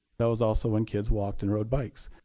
that was also when kids walked and rode bikes.